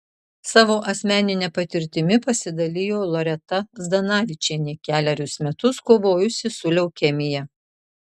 savo asmenine patirtimi pasidalijo loreta zdanavičienė kelerius metus kovojusi su leukemija